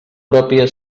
pròpia